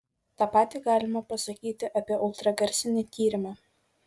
tą patį galima pasakyti apie ultragarsinį tyrimą